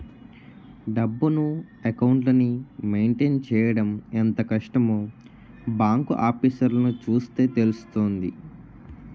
డబ్బును, అకౌంట్లని మెయింటైన్ చెయ్యడం ఎంత కష్టమో బాంకు ఆఫీసర్లని చూస్తే తెలుస్తుంది